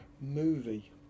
Movie